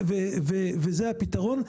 זה הפתרון.